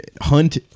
hunt